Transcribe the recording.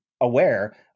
aware